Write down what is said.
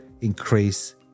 increase